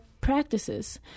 practices